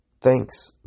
Thanks